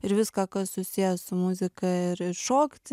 ir viską kas susiję su muzika ir ir šokt